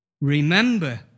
Remember